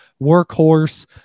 workhorse